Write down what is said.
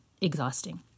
exhausting